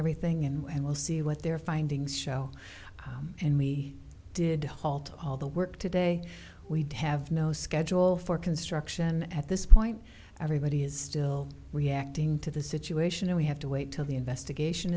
everything and we'll see what their findings show and we did halt all the work today we'd have no schedule for construction at this point everybody is still reacting to the situation and we have to wait till the investigation